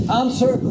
answer